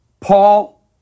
Paul